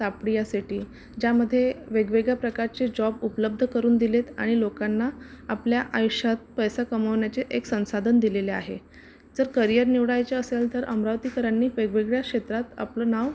Tapadia city ज्यामध्ये वेगवेगळ्या प्रकारचे जॉब उपलब्ध करून दिलेत आणि लोकांना आपल्या आयुष्यात पैसा कमावण्याचे एक संसाधन दिलेले आहे जर करियर निवडायचे असेल तर अमरावतीकरांनी वेगवेगळ्या क्षेत्रात आपलं नाव